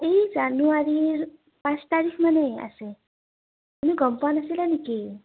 এই জানুৱাৰীৰ পাঁচ তাৰিখ মানে আছে তুমি গম পোৱা নাছিলা নেকি